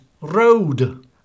Road